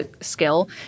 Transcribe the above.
skill